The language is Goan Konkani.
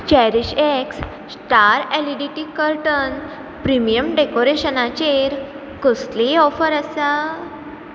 चॅरीश एक्स श्टार एलिडिटी कर्टन प्रिमियम डेकोरेशनाचेर कसलीय ऑफर आसा